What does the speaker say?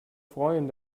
freuen